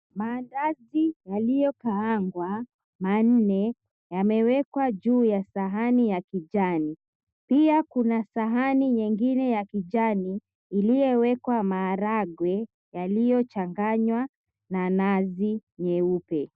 Maandazi yaliyokaangwa manne yameekwa juu ya sahani ya kijani, pia kuna sahani nyingine ya kijani iliyoekwa maharagwe, yaliyochanganywa na nazi nyeupe.